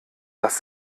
dass